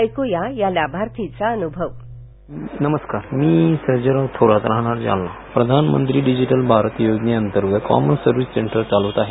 ऐक्या या लाभार्थींचा अनुभव नमस्कार मा सर्जेराव थोरात राहणार जालना प्रधानमंत्र डिजटिल भारत योजने अंतर्गत कषमन सर्व्हिस सेंटर चालवत आहे